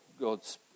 God's